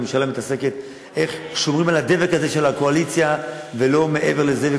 הממשלה מתעסקת איך שומרים על הדבק הזה של הקואליציה ולא מעבר לזה,